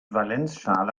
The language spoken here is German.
valenzschale